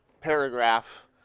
paragraph